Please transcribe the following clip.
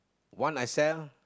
one I sell